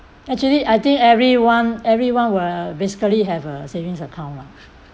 actually I think everyone everyone will basically have a savings account lah